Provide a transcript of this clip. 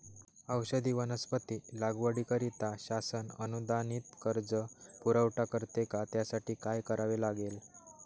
औषधी वनस्पती लागवडीकरिता शासन अनुदानित कर्ज पुरवठा करते का? त्यासाठी काय करावे लागेल?